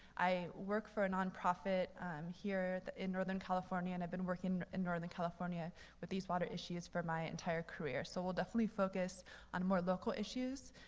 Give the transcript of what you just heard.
i work for a nonprofit here in northern california, and i've been working in northern california with these water issues for my entire career. so we'll definitely focus on more local issues.